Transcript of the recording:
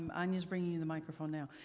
um anya's bringing the microphone now.